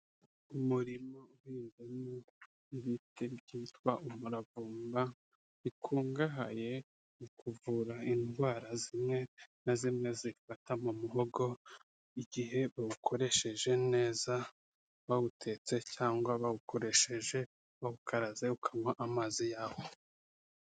Umurima uhinzemo ibiti byitwa umuravumba, bikungahaye mu kuvura indwara zimwe na zimwe zifata mu muhogo, igihe bawukoresheje neza bawutetse cyangwa bawukoresheje bawukaraze ukanywa amazi yawo.